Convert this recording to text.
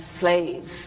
slaves